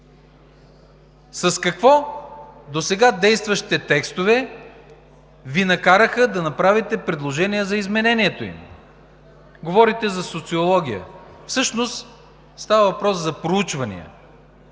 С какво досега действащите текстове Ви накараха да направите предложение за изменението им? Говорите за социология. Всъщност става въпрос за проучвания.